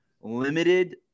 limited